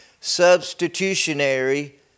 substitutionary